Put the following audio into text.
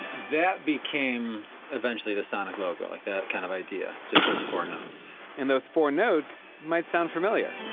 that became eventually the sonic logo. like that kind of idea. just those four notes and those four notes, might sound familiar